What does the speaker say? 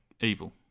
evil